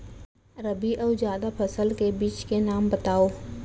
रबि अऊ जादा फसल के बीज के नाम बताव?